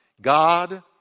God